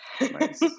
Nice